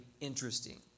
interesting